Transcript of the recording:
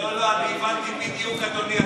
לא, לא, אני הבנתי בדיוק, אדוני.